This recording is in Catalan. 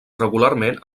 regularment